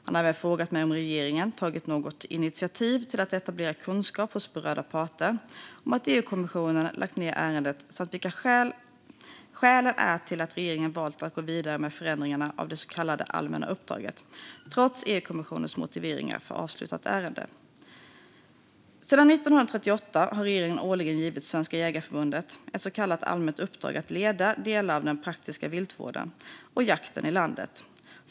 Han har även frågat om regeringen tagit något initiativ till att etablera kunskapen hos berörda parter om att EU-kommissionen lagt ned ärendet samt vilka skälen är till att regeringen valt att gå vidare med förändringen av det så kallade allmänna uppdraget, trots EU-kommissionens motivering för att avsluta ärendet. Sedan 1938 har regeringen årligen givit Svenska Jägareförbundet ett så kallat allmänt uppdrag att leda delar av den praktiska viltvården och jakten i landet.